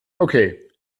okay